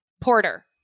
Porter